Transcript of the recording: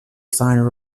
signer